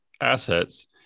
assets